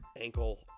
ankle